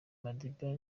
madiba